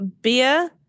beer